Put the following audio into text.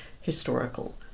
historical